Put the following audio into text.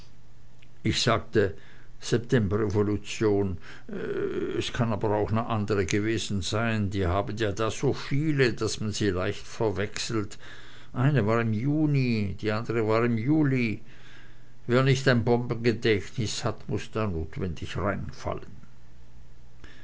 ich sagte septemberrevolution es kann aber auch ne andre gewesen sein sie haben da so viele daß man sie leicht verwechselt eine war im juni ne andre war im juli wer nich ein bombengedächtnis hat muß da notwendig reinfallen